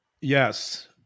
Yes